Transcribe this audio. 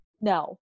No